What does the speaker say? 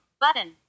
button